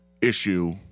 issue